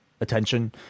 Attention